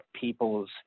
people's